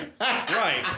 right